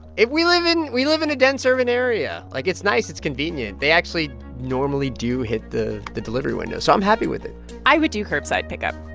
we live in we live in a dense, urban area. like, it's nice. it's convenient. they actually normally do hit the the delivery window. so i'm happy with it i would do curbside pickup,